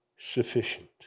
sufficient